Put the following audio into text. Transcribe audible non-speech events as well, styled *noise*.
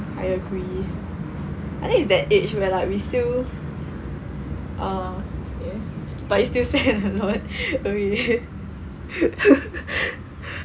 I agree I think it's that age where like we still uh but you still spend a lot *laughs* okay *laughs*